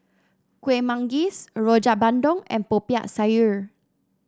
Kuih Manggis Rojak Bandung and Popiah Sayur